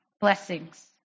blessings